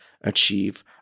achieve